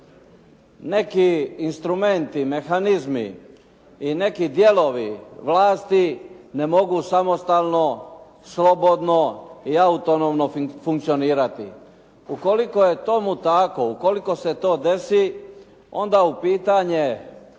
neki instrumenti, mehanizmi i neki dijelovi vlasti ne mogu samostalno, slobodno i autonomno funkcionirati. Ukoliko je tomu tako, ukoliko se to desi, onda u pitanje